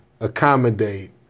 accommodate